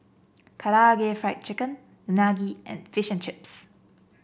Karaage Fried Chicken Unagi and Fish and Chips